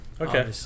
Okay